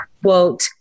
quote